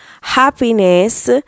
happiness